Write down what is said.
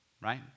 Right